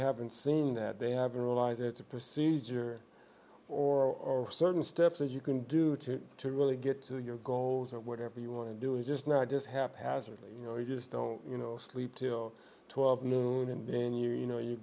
haven't seen that they have to realize it's a procedure or certain steps that you can do to really get to your goals or whatever you want to do is just not just haphazardly you know you just don't you know sleep till twelve noon and then you know you